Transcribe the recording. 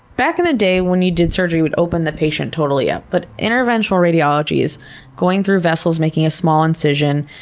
back in the day when you did surgery, you would open the patient totally up, but interventional radiology is going through vessels, making a small incision,